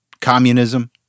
Communism